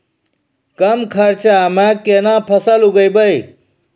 कम खर्चा म केना फसल उगैबै?